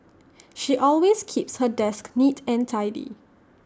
she always keeps her desk neat and tidy